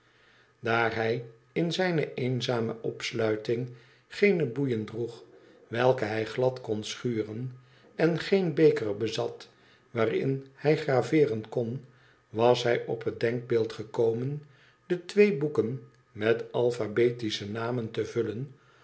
daar hij in zijne een zame opsluiting geene boeien droeg welke hij glad kon schuren en geea beker bezat waarin hij graveeren kon was hij op het denkbeeld geko men de twee boeken met alphabetischenamente vullen